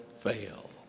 fail